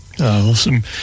Awesome